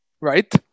Right